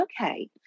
okay